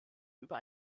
über